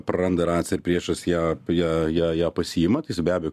praranda raciją priešas ją prie ją ją pasiima tai jis be abejo